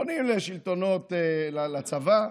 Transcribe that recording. פונים לצבא,